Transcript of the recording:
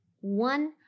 one